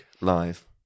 live